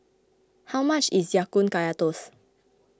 how much is Ya Kun Kaya Toast